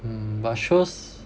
mm but shows